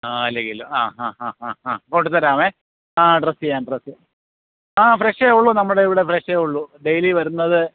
നാല് കിലോ ആ ഹാ ഹാ ഹാ കൊണ്ടു തരാമേ ആ ഡ്രസ്സ് ചെയ്യാം ഡ്രസ്സ് ചെയ്യാം ആ ഫ്രഷേ ഉള്ളു നമ്മുടെ ഇവിടെ ഫ്രെഷേ ഉള്ളു ഡേയ്ലി വരുന്നത്